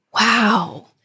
wow